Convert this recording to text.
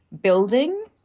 building